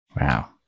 wow